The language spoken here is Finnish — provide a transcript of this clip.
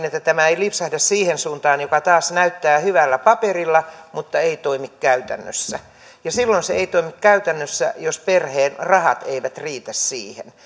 että tämä ei lipsahda siihen suuntaan joka taas näyttää hyvältä paperilla mutta ei toimi käytännössä ja silloin se ei toimi käytännössä jos perheen rahat eivät riitä siihen